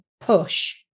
push